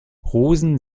rosen